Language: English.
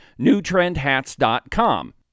newtrendhats.com